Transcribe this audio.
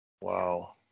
Wow